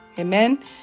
Amen